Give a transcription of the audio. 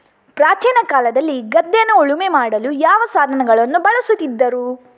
ಪ್ರಾಚೀನ ಕಾಲದಲ್ಲಿ ಗದ್ದೆಯನ್ನು ಉಳುಮೆ ಮಾಡಲು ಯಾವ ಸಾಧನಗಳನ್ನು ಬಳಸುತ್ತಿದ್ದರು?